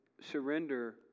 Surrender